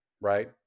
right